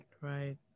right